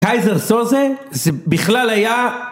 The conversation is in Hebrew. קייזר סוזה - זה בכלל היה